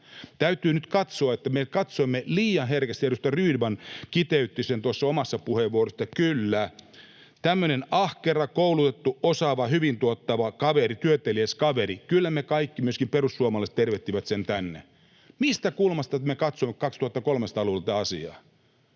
Täytyy nyt katsoa, me katsomme liian herkästi — edustaja Rydman kiteytti sen tuossa omassa puheenvuorossaan, että kyllä tämmöisen ahkeran, koulutetun, osaavan, hyvin tuottavan kaverin, työteliään kaverin kaikki, myöskin perussuomalaiset, tervehtivät sen tänne. Mistä kulmasta me katsomme 2300-luvulla tätä asiaa?